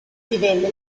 divenne